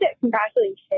congratulations